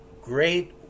Great